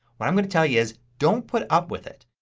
what i'm going to tell you is don't put up with it.